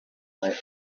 and